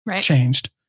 changed